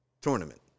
tournament